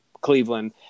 Cleveland